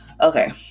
Okay